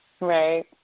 Right